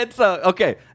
Okay